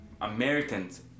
Americans